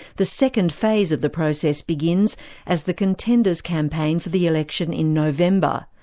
the second phase of the process begins as the contenders campaign for the election in november.